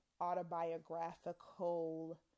autobiographical